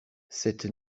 cette